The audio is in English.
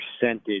percentage